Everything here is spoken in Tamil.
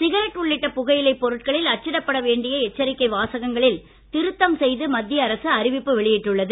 சிகரெட் உள்ளிட்ட புகையிலை பொருட்களில் அச்சிடப்பட வேண்டிய எச்சரிக்கை வாசகங்களில் திருத்தம் செய்து மத்திய அரசு அறிவிப்பு வெளியிட்டுள்ளது